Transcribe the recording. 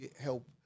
help